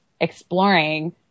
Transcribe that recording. exploring